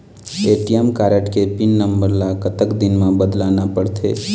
ATM card के PIN number ला कतक दिन म बदलना पड़थे?